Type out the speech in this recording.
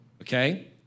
okay